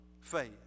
faith